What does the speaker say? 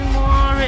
more